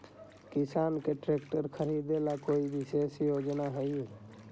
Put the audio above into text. किसान के ट्रैक्टर खरीदे ला कोई विशेष योजना हई?